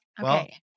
Okay